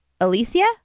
Alicia